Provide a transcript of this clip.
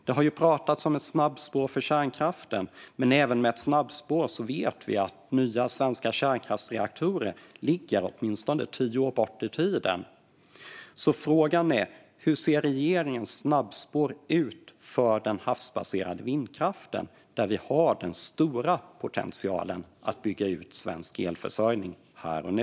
Det har pratats om ett snabbspår för kärnkraften, men vi vet att även med ett snabbspår ligger nya svenska kärnkraftsreaktorer minst tio år bort. Frågan är därför: Hur ser regeringens snabbspår ut för havsbaserad vindkraft, där vi har den stora potentialen att bygga ut svensk elförsörjning här och nu?